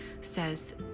says